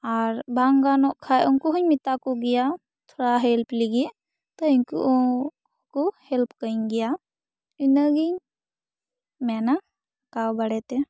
ᱟᱨ ᱵᱟᱝ ᱜᱟᱱᱚᱜ ᱠᱷᱟᱱ ᱩᱱᱠᱩ ᱦᱚᱧ ᱢᱮᱛᱟ ᱠᱚᱜᱮᱭᱟ ᱛᱷᱚᱲᱟ ᱦᱮᱹᱞᱯ ᱞᱟᱹᱜᱤᱫ ᱛᱳ ᱤᱱᱠᱩ ᱠᱩ ᱦᱮᱹᱞᱯ ᱠᱟᱹᱧ ᱜᱮᱭᱟ ᱤᱱᱟᱹ ᱜᱮᱧ ᱢᱮᱱᱟ ᱵᱟᱨᱮᱛᱮ